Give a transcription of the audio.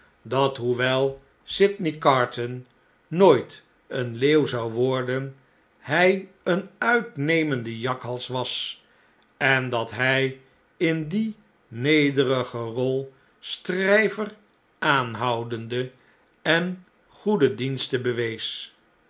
dat hoewei sydney carton nooit een leeuw zou worden hij eenuitnemendejakhals was en dat hij in die nederige rol stryver aanhoudende en goede diensten bewees